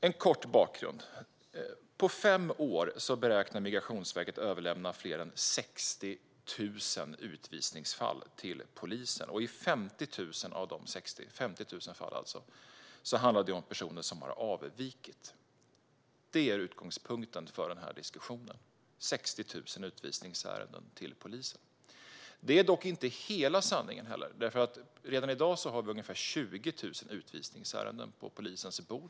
En kort bakgrund: På fem år beräknar Migrationsverket att man kommer att överlämna fler än 60 000 utvisningsfall till polisen, och i 50 000 av dessa fall handlar det om personer som har avvikit. Det är utgångspunkten för denna diskussion - 60 000 utvisningsärenden till polisen. Det är dock inte hela sanningen. Redan i dag ligger nämligen ungefär 20 000 utvisningsärenden på polisens bord.